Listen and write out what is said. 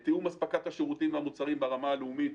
תיאום אספקת השירותים והמוצרים ברמה הלאומית,